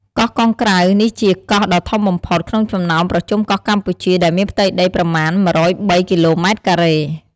កោះកុងក្រៅ នេះជា កោះដ៏ធំបំផុត ក្នុងចំណោមប្រជុំកោះកម្ពុជា ដែលមានផ្ទៃដីប្រមាណ ១០៣ គីឡូម៉ែត្រការ៉េ។